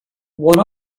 what